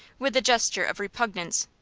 with a gesture of repugnance,